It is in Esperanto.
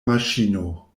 maŝino